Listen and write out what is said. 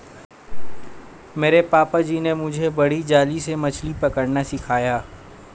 मेरे पापा जी ने मुझे बड़ी जाली से मछली पकड़ना सिखाया